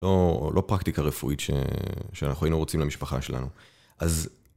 לא... לא פרקטיקה רפואית ש.. שאנחנו היינו רוצים למשפחה שלנו. אז...